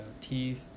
teeth